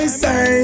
say